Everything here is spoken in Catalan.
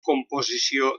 composició